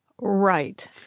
Right